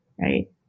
Right